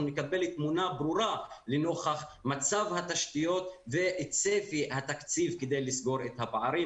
נקבל תמונה ברורה לנוכח מצב התשתיות וצפי התקציב כדי לסגור את הפערים,